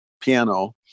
piano